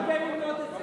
ללמוד את זה.